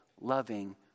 loving